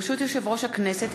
ברשות יושב-ראש הכנסת,